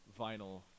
vinyl